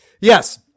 Yes